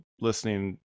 listening